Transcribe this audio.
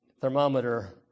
thermometer